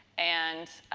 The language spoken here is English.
and,